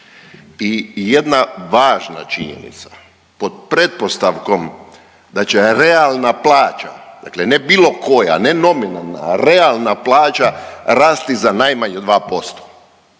i jedna važna činjenica pod pretpostavkom da će realna plaća, dakle ne bilo koja ne nominalna, realna plaća rasti za najmanje 2%